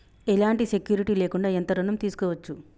ఎలాంటి సెక్యూరిటీ లేకుండా ఎంత ఋణం తీసుకోవచ్చు?